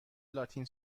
لاتین